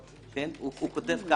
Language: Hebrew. נניח,